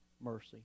mercy